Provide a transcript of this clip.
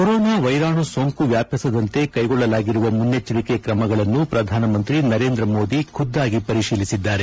corona ವೈರಾಣು ಸೋಂಕು ವ್ಯಾಪಿಸದಂತೆ ಕ್ವೆಗೊಳ್ಳಲಾಗಿರುವ ಮುನ್ನೆಚ್ಚರಿಕೆ ಕ್ರಮಗಳನ್ನು ಪ್ರಧಾನಮಂತಿ ನರೇಂದ ಮೋದಿ ಖುದ್ಗಾಗಿ ಪರಿಶೀಲಿಸಿದ್ಗಾರೆ